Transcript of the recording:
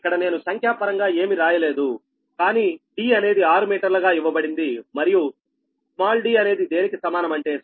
ఇక్కడ నేను సంఖ్యాపరంగా ఏమి రాయలేదు కానీ D అనేది ఆరు మీటర్లుగా ఇవ్వబడింది మరియు d అనేది దేనికి సమానం అంటే 0